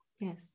yes